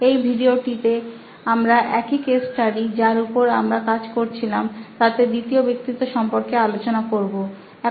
এই ভিডিওটি তে আমরা একই কেস স্টাডি যার উপর আমরা কাজ করছিলাম তাতে দ্বিতীয় ব্যক্তিত্ব সম্পর্কে আলোচনা করবো